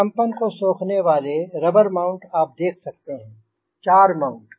कम्पन को सोखने वाले रबर माउंट आप देख सकते हैं 4 माउंट